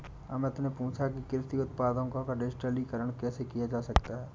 अमित ने पूछा कि कृषि उत्पादों का डिजिटलीकरण कैसे किया जा सकता है?